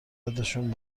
قدشون